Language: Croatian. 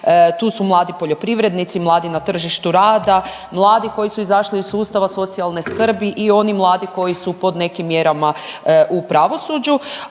tu su mladi poljoprivrednici, mladi na tržištu rada, mladi koji su izašli iz sustava socijalne skrbi i oni mladi koji su pod nekim mjerama u pravosuđu,